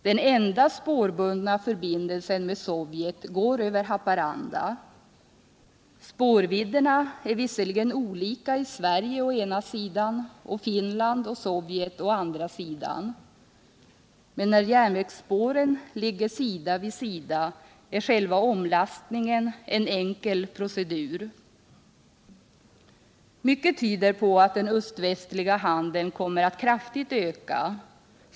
Den enda spårbundna förbindelsen med Sovjet går över Haparanda. Spårvidderna är visserligen olika i Sverige å ena sidan och i Finland och Sovjet å andra sidan. Men när järnvägsspåren ligger sida vid sida är själva omlastningen en enkel procedur. Mycket tyder på att den öst-västliga handeln kommer att kraftigt öka.